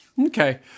Okay